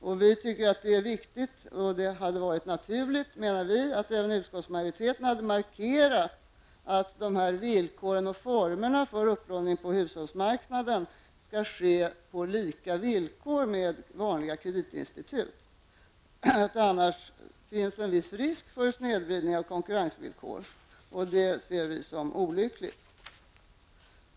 Enligt vår åsikt hade det varit naturligt att även utskottsmajoriteten hade markerat att villkoren och formerna för upplåning på hushållsmarknaden skall överensstämma med vad som gäller för vanliga kreditinstitut. Annars finns det en viss risk för snedvridning av konkurrenssituationen, vilket vi anser vara olyckligt.